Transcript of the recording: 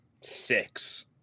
six